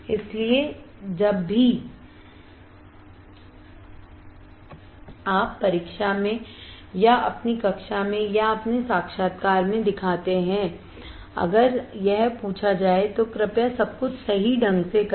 इसलिए जब भी आप परीक्षा में या अपनी कक्षा में या अपने साक्षात्कार में दिखाते हैं अगर यह पूछा जाए तो कृपया सब कुछ सही ढंग से करें